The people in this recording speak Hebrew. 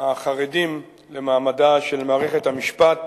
החרדים למעמד של מערכת המשפט